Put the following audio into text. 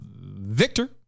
Victor